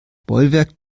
bollwerk